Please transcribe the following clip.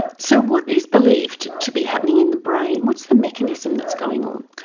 so what is believed to be happening in the brain, what's the mechanism that's going on?